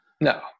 No